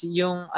yung